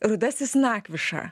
rudasis nakviša